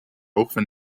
often